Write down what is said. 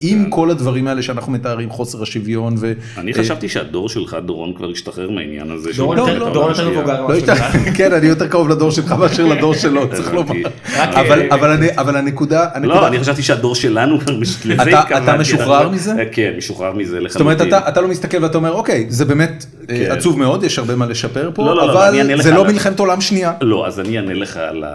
עם כל הדברים האלה שאנחנו מתארים חוסר השוויון ואני חשבתי שהדור שלך דורון כבר השתחרר מהעניין הזה. כן אני יותר קרוב לדור שלך מאשר לדור שלו, צריך לומר אבל אבל אני אבל הנקודה אני חשבתי שהדור שלנו.. אתה משוחרר מזה? כן, אני משוחרר מזה לחלוטין. אתה לא מסתכל אתה אומר אוקיי זה באמת עצוב מאוד יש הרבה מה לשפר פה אבל זה לא מלחמת עולם שנייה. לא אז אני אענה לך.